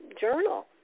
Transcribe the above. journal